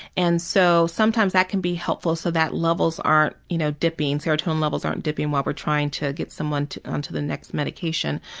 and so sometimes that can be helpful so that levels aren't you know dipping. serotonin levels aren't dipping while we're trying to get someone onto the next medication.